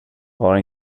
var